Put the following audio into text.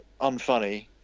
unfunny